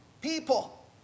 people